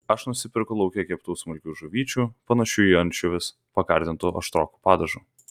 aš nusiperku lauke keptų smulkių žuvyčių panašių į ančiuvius pagardintų aštroku padažu